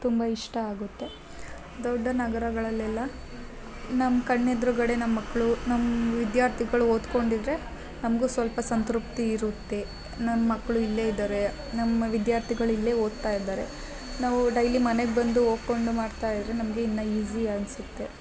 ತುಂಬ ಇಷ್ಟ ಆಗುತ್ತೆ ದೊಡ್ಡ ನಗರಗಳಲ್ಲೆಲ್ಲ ನಮ್ಮ ಕಣ್ಣ ಎದರುಗಡೆ ನಮ್ಮ ಮಕ್ಕಳು ನಮ್ಮ ವಿದ್ಯಾರ್ಥಿಗಳು ಓದ್ಕೊಂಡಿದ್ದರೆ ನಮಗೂ ಸ್ವಲ್ಪ ಸಂತೃಪ್ತಿ ಇರುತ್ತೆ ನನ್ನ ಮಕ್ಕಳು ಇಲ್ಲೇ ಇದ್ದಾರೆ ನಮ್ಮ ವಿದ್ಯಾರ್ಥಿಗಳು ಇಲ್ಲೇ ಓದ್ತಾ ಇದ್ದಾರೆ ನಾವು ಡೈಲಿ ಮನೆಗೆ ಬಂದು ಹೋಕ್ಕೊಂಡು ಮಾಡ್ತಾ ಇದ್ದರೆ ನಮಗೆ ಇನ್ನ ಈಝಿ ಅನ್ಸುತ್ತೆ